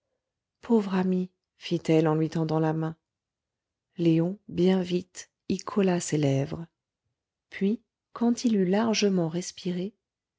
pauvre ami fit-elle en lui tendant la main léon bien vite y colla ses lèvres puis quand il eut largement respiré